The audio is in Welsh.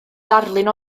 ddarlun